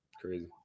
Crazy